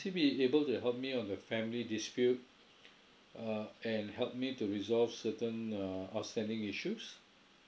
be able to help me on a your family dispute uh and help me to resolve certain uh outstanding issues